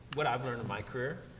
what i've learned in my career,